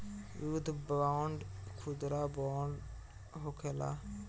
युद्ध बांड खुदरा बांड होखेला